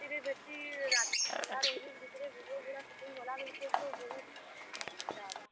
ରାତିରେ ବେଶୀ ରାତି ଅନ୍ଧାର୍ ଅନ୍ଧିର୍ ଭିତ୍ରେ ଭିଡ଼ିଓଭୁଡ଼ା ସୁଟିଂ କର୍ଲାବେଲେ ବହୁତ୍ ହେବା